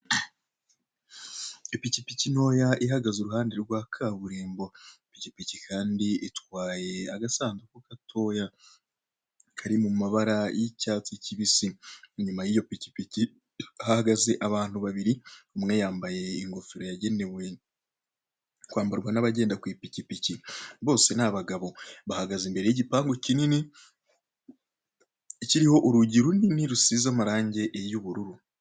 Ipikipiki ntoya ihagaze iruhande rwa kaburimbo ipikipiki Kandi itwaye agasanduku gatoya kari mumabara y'icyatsi kibisi, inyuma y'iyo pikipiki yahagaze abantu babiri umwe yambaye ingofero yagenewe kwambarwa n'abagenda ku ipikipiki bose ni abagabo, bahagaze imbere y'igipangu kinini kiriho urugi runini rusize amarange y'ubururu